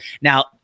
Now